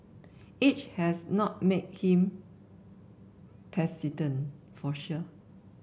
age has not made him taciturn for sure